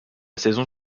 saison